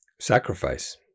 sacrifice